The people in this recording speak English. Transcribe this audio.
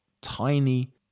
tiny